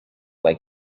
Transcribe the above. like